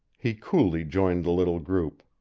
he coolly joined the little group.